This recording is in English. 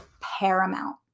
paramount